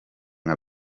nka